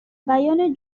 بیان